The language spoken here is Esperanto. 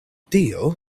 tio